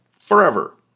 forever